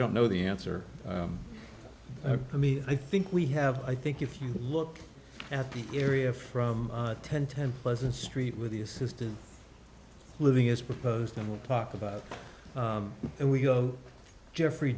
don't know the answer i mean i think we have i think if you look at the area from ten ten pleasant street with the assisted living is proposed and we'll talk about it we go jeffrey